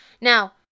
Now